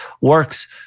works